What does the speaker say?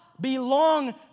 belong